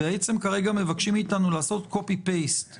כרגע מבקשים מאיתנו לעשות קופי פייסט.